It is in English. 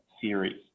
series